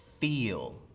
feel